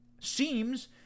seems